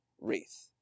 wreath